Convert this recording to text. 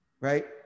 right